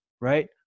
right